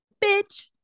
bitch